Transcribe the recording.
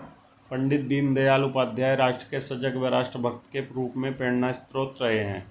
पण्डित दीनदयाल उपाध्याय राष्ट्र के सजग व राष्ट्र भक्त के रूप में प्रेरणास्त्रोत रहे हैं